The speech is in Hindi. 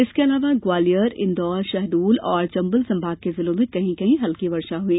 इसके अलावा ग्वालियर इंदौर शहडोल और चंबल संभाग के जिलों में भी कहीं कहीं वर्षा हुई